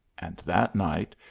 and that night,